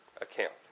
account